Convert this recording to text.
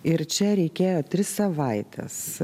ir čia reikėjo tris savaites